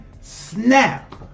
Snap